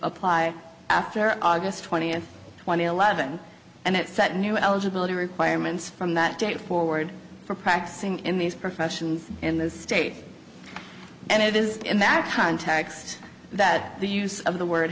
apply after august twentieth two thousand and eleven and it set new eligibility requirements from that date forward for practicing in these professions in this state and it is in that context that the use of the word